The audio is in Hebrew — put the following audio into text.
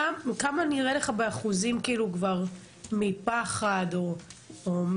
כמה נראה לך באחוזים כאילו כבר מפחד או,